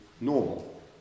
normal